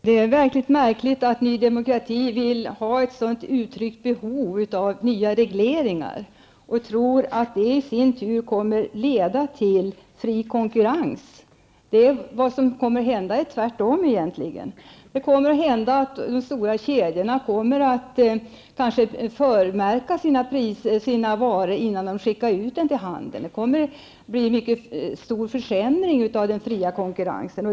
Herr talman! Det är märkligt att Ny Demokrati har ett sådant behov av nya regleringar som man här uttrycker och att man tror att det i sin tur kommer att leda till fri konkurrens. Vad som kommer att hända är motsatsen. De stora kedjorna kommer kanske att förmärka sina varor innan de skickar ut dem till handeln. Det kommer att bli en mycket stor försämring av den fria konkurrensen.